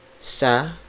sa